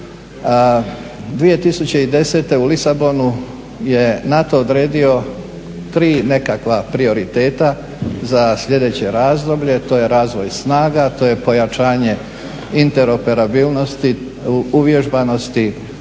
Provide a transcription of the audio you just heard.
2010. u Lisabonu je NATO odredio 3 nekakva prioriteta za sljedeće razdoblje, to je razvoj snaga, to je pojačanje interoperabilnosti, uvježbanosti